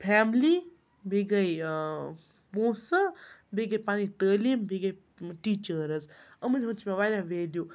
family بیٚیہِ گٔے پوںٛسہٕ بیٚیہِ گٔے پَنٕںۍ تعلیٖم بیٚیہِ گٔے ٹیٖچٲرٕز یِمَن ہُنٛد چھِ مےٚ واریاہ ویلیوٗ